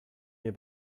mir